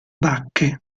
bacche